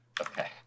Okay